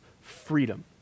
freedom